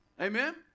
Amen